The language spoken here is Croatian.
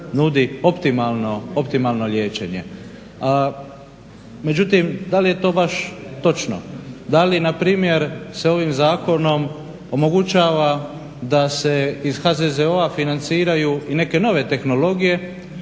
nudi optimalno liječenje. Međutim, da li je to baš točno. Da li na primjer se ovim zakonom omogućava da se iz HZZO-a financiraju i neke nove tehnologije